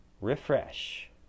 Refresh